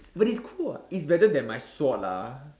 but it's cool [what] it's better than my sword lah